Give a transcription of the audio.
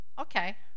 okay